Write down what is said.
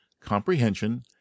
comprehension